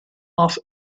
half